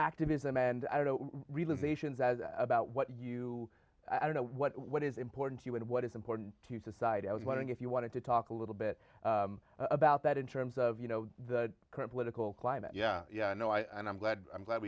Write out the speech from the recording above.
activism and i don't relive asians as about what you i don't know what what is important to you and what is important to society i was wondering if you wanted to talk a little bit about that in terms of you know the current political climate yeah you know i'm glad i'm glad